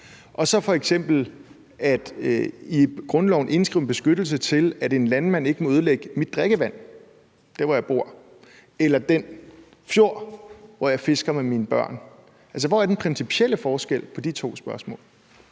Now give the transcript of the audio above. og så f.eks., at man i grundloven indskriver en beskyttelse, i forhold til at en landmand ikke må ødelægge mit drikkevand der, hvor jeg bor, eller den fjord, hvor jeg fisker med mine børn? Hvor er den principielle forskel på de to spørgsmål.